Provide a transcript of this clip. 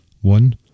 One